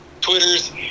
Twitter's